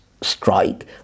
strike